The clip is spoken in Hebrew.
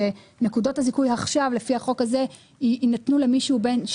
השארנו התחייבות אחת בשביל לדבר במליאה,